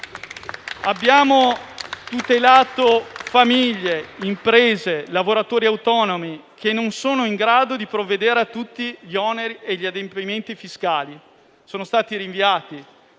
Abbiamo tutelato famiglie, imprese, lavoratori autonomi, che non sono in grado di provvedere a tutti gli oneri e gli adempimenti fiscali, che sono stati rinviati